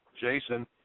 Jason